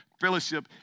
Fellowship